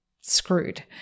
screwed